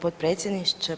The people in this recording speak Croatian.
potpredsjedniče.